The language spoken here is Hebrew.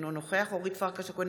אינו נוכח אורית פרקש הכהן,